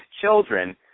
children